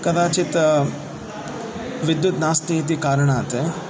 कदाचित् विद्युत् नास्ति इति कारणात्